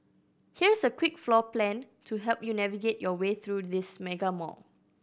here's a quick floor plan to help you navigate your way through this mega mall